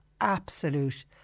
absolute